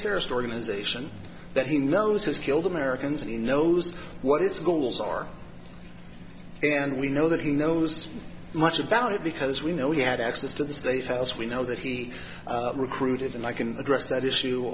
terrorist organization that he knows has killed americans in knows what its goals are and we know that he knows much about it because we know he had access to the state house we know that he recruited and i can address that issue